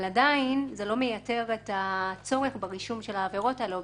זה עדיין לא מייתר את הצורך ברישום של העבירות האלו,